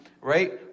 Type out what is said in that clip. right